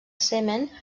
semen